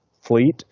fleet